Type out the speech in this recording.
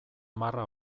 marra